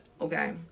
Okay